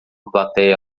platéia